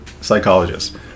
psychologist